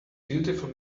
beautiful